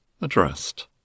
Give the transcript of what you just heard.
addressed